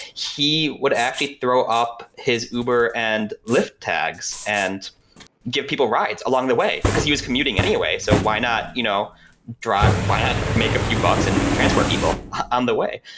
he would actually throw up his uber and lyft tags and give people rides along the way, because he was commuting anyway, so why not you know drop why not make a few bucks and transport people on the way?